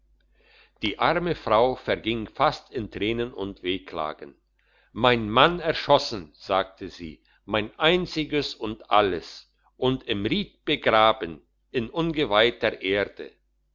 die arme frau verging fast in tränen und wehklagen mein mann erschossen sagte sie mein einziges und alles und im ried begraben in ungeweihter erde